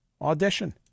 Audition